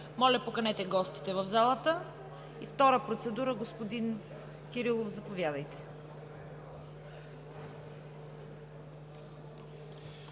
Моля, поканете гостите в залата. Втора процедура – господин Кирилов, заповядайте.